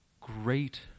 great